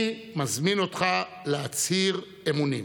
אני מזמין אותך להצהיר אמונים.